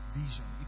vision